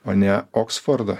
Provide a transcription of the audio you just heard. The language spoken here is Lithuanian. o ne oksfordą